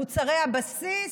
מוצרי הבסיס,